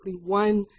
one